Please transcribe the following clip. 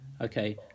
Okay